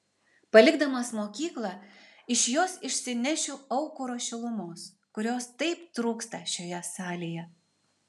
palikdamas mokyklą iš jos išsinešiu aukuro šilumos kurios taip trūksta šioje salėje